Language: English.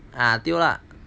ah tiong lah